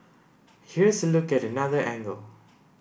here's a look at another angle